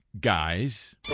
guys